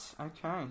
Okay